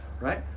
right